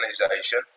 organization